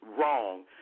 wrong